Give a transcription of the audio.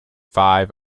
five